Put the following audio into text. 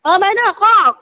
অ বাইদেউ কওক